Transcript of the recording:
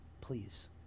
please